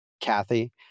Kathy